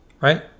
right